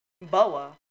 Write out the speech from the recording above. Boa